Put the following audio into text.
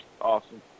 Awesome